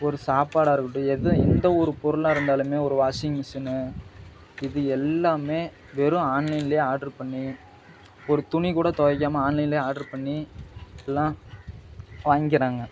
ஒரு சாப்பாடாக இருக்கட்டும் எதும் எந்த ஒரு பொருளாக இருந்தாலுமே ஒரு வாஷிங் மிஷினு இது எல்லாமே வெறும் ஆன்லைன்லே ஆட்ரு பண்ணி ஒரு துணி கூட துவைக்காம ஆன்லைன்லே ஆட்ரு பண்ணி எல்லாம் வாங்கிக்கிறாங்கள்